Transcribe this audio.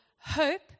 hope